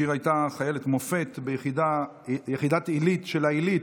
שיר הייתה חיילת מופת ביחידת עילית של העילית,